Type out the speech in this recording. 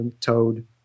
Toad